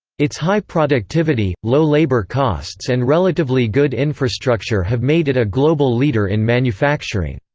its high productivity, low labor costs and relatively good infrastructure have made it a global leader in manufacturing.